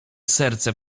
serce